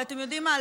ואתם יודעים מה,